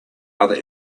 other